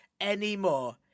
anymore